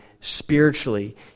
spiritually